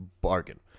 bargain